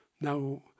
Now